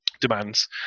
Demands